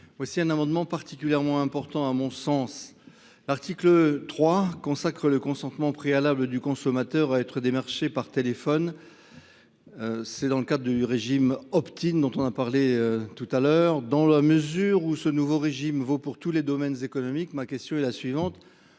Voici un amendement particulièrement important à mon sens. L'article 3 consacre le consentement préalable du consommateur à être démarché par téléphone. C'est dans le cadre du régime Optin dont on a parlé tout à l'heure. Dans la mesure où ce nouveau régime vaut pour tous les domaines économiques, ma question est la suivante.